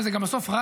ובסוף זה גם רע